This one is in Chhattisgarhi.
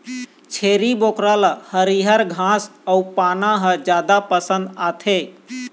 छेरी बोकरा ल हरियर घास अउ पाना ह जादा पसंद आथे